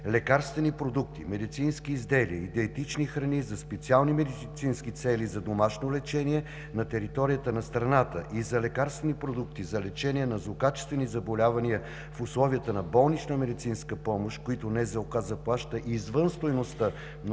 лекарствени продукти, медицински изделия, диетични храни за специални медицински цели за домашно лечение на територията на страната и за лекарствени продукти за лечение на злокачествени заболявания в условията на болнична медицинска помощ, които НЗОК заплаща извън стойността на